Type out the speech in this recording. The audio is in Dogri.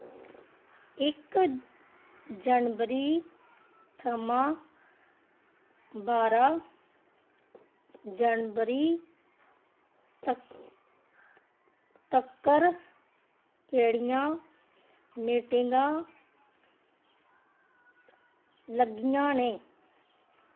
इक जनबरी थमां बारां जनबरी तक्कर केह्ड़ियां मीटिंगां लग्गियां न